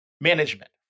management